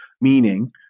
Meaning